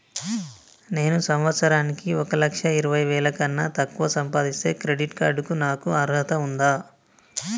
నేను సంవత్సరానికి ఒక లక్ష ఇరవై వేల కన్నా తక్కువ సంపాదిస్తే క్రెడిట్ కార్డ్ కు నాకు అర్హత ఉందా?